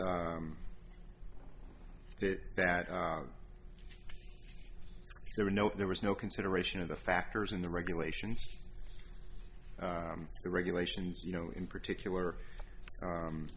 is that that there were no there was no consideration of the factors in the regulations the regulations you know in particular